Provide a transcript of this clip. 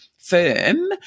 firm